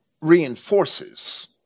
reinforces